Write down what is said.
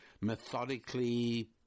methodically